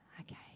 Okay